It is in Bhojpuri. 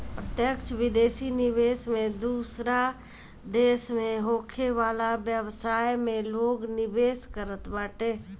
प्रत्यक्ष विदेशी निवेश में दूसरा देस में होखे वाला व्यवसाय में लोग निवेश करत बाटे